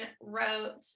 wrote